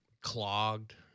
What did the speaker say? clogged